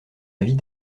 avis